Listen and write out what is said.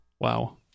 Wow